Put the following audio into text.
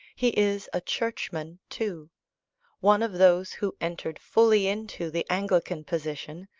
he is a churchman too one of those who entered fully into the anglican position,